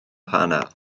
panel